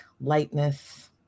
lightness